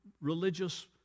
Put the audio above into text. religious